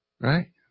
Right